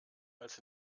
als